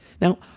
Now